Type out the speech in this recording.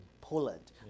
Poland